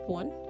one